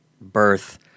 birth